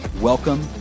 Welcome